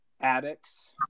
addicts